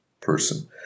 person